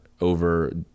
over